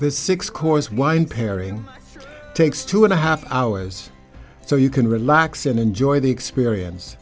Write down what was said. the six course wine pairing takes two and a half hours so you can relax and enjoy the experience